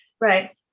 Right